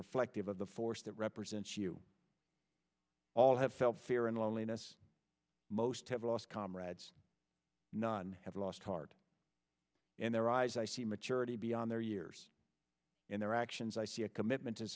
reflective of the force that represents you all have felt fear and loneliness most have lost comrades none have lost heart in their eyes i see maturity beyond their years in their actions i see a commitment to